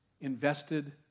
invested